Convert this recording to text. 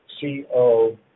C-O-